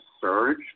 surge